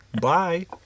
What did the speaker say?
Bye